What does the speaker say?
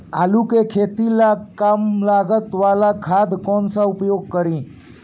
आलू के खेती ला कम लागत वाला खाद कौन सा उपयोग करी?